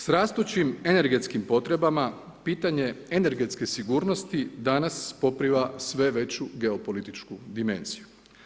S rastućim energetskim potrebama pitanje energetske sigurnosti danas poprima sve veću geopolitičku dimenziju.